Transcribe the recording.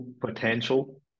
potential